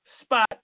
spot